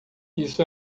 isso